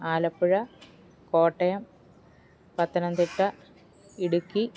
Alappuzha Kottayam Pathanamthitta Idukki